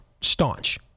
Staunch